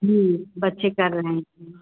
जी बच्चे कर रहे हैं